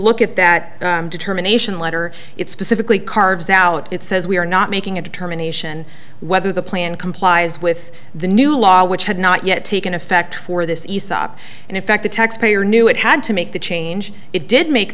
look at that determination letter it specifically carves out it says we are not making a determination whether the plan complies with the new law which had not yet taken effect for this aesop and in fact the taxpayer knew it had to make the change it did make